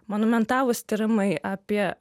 monumentalūs tyrimai apie